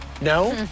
No